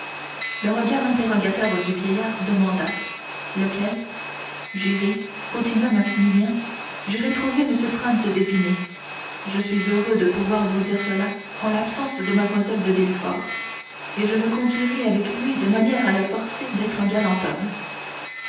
le regard interrogateur du vieillard demanda lequel j'irai continua maximilien j'irai trouver m franz d'épinay je suis heureux de pouvoir vous dire cela en l'absence de mlle de villefort et je me conduirai avec lui de manière à le forcer d'être un galant homme